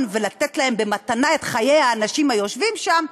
ולתת להם במתנה את חיי האנשים היושבים שם,